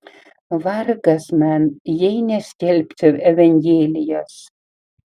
vargas man jei neskelbčiau evangelijos